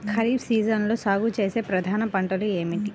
ఖరీఫ్ సీజన్లో సాగుచేసే ప్రధాన పంటలు ఏమిటీ?